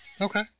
Okay